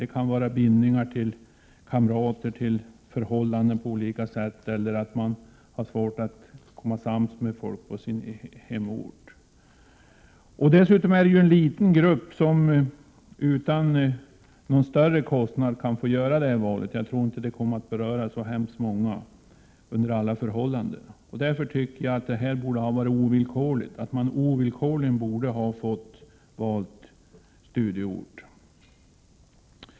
Det kan vara bindningar till kamrater och till förhållanden på olika sätt eller att de har svårt att komma sams med folk på sin hemort. Dessutom är det ju en liten grupp som utan någon större kostnad kan få göra det här valet. Jag tror inte att det kommer att beröra så hemskt många under alla förhållanden. Därför tycker jag att eleverna ovillkorligen borde ha fått välja studieort.